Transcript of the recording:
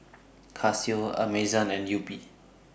Casio Amazon and Yupi